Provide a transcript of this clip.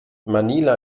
manila